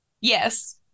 Yes